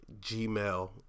Gmail